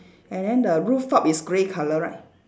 and then the rooftop is grey colour right